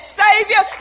savior